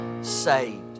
saved